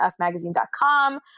usmagazine.com